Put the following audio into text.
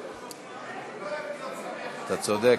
אתה צודק.